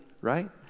right